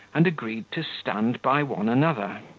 and agreed to stand by one another.